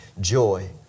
joy